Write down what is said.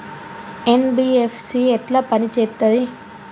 NBFC ఎట్ల పని చేత్తది?